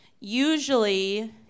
Usually